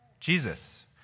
Jesus